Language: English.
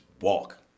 walk